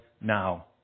now